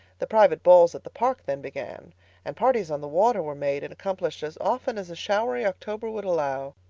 the private balls at the park then began and parties on the water were made and accomplished as often as a showery october would allow.